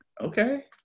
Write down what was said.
Okay